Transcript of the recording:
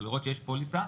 לראות שיש פוליסה,